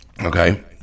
Okay